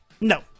No